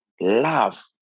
love